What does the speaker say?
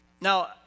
Now